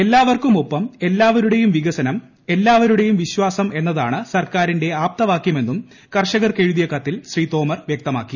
എല്ലാവർക്കുമൊപ്പം എല്ലാവരുടെയും വികസനം എല്ലാവരുടെയും വിശ്വാസം എന്നതാണ് സർക്കാരിൻറെ ആപ്തവാക്യമെന്നും കർഷകർക്കെഴുതിയ കത്തിൽ ശ്രീ തൊമർ വ്യക്തമാക്കി